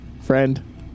friend